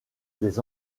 des